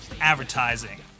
advertising